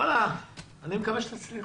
אני מקווה שתצליחו.